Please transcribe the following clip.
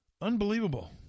Unbelievable